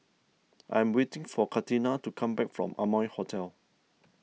I'm waiting for Catina to come back from Amoy Hotel